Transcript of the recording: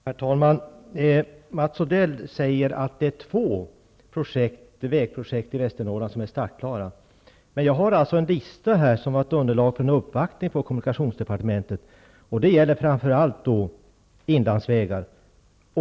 Herr talman! Mats Odell säger att endast två vägprojekt i Västernorrland är startklara. Men jag har en lista här som varit underlag för en uppvaktning i kommunikationsdepartementet över framför allt inlandsvägar.